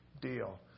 deal